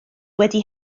wedi